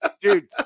Dude